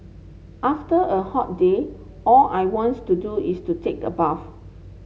after a hot day all I wants to do is to take a bath